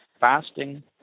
fasting